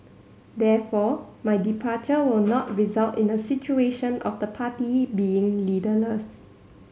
therefore my departure will not result in a situation of the party being leaderless